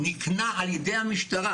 הוא נקנה ומומן על ידי המשטרה,